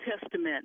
Testament